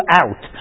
out